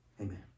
Amen